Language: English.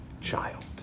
child